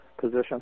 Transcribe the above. position